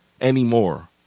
anymore